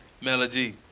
Melody